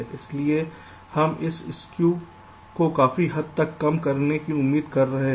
इसलिए हम इस स्कू को काफी हद तक कम करने की उम्मीद कर रहे हैं